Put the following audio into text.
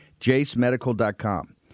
JaceMedical.com